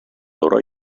loro